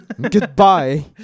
Goodbye